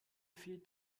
fehlt